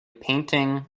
painting